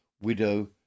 widow